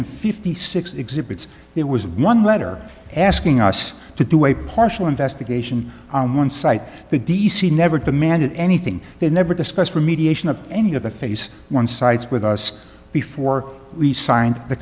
fifty six exhibits it was one letter asking us to do a partial investigation on one side the d c never demanded anything they never discussed remediation of any of the phase one sites with us before we signed the